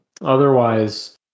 Otherwise